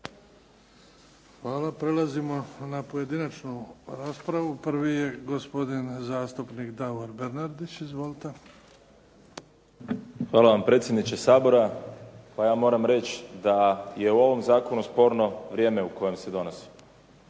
Hvala. Prelazimo na pojedinačnu raspravu. Prvi je gospodin zastupnik Davor Bernardić. Izvolite. **Bernardić, Davor (SDP)** Hvala vam predsjedniče Sabora. Pa ja moram reći da je u ovom zakonu sporno vrijeme u kojem se donosi,